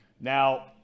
Now